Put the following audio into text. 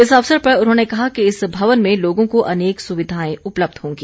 इस अवसर पर उन्होंने कहा कि इस भवन में लोगों को अनेक सुविधाएं उपलब्ध होंगी